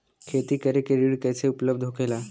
खेती करे के ऋण कैसे उपलब्ध होखेला?